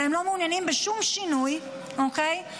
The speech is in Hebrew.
והם לא מעוניינים בשום שינוי ובשום